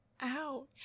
Ouch